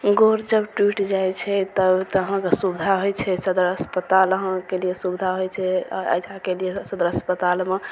गोड़ जब टुटि जाइ छै तब तऽ अहाँके सुविधा होइ छै सदर अस्पताल अहाँके लिए सुविधा होइ छै अऽ अइजाँके लिए सदर अस्पतालमे